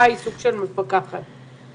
גורמות לאיזה שהן תחושות שלא תמיד בודקים את